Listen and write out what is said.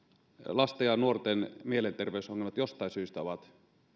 lasten ja nuorten mielenterveysongelmat jostain syystä ovat